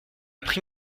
pris